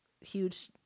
huge